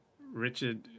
Richard